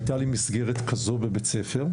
הייתה לי מסגרת כזו בבית הספר,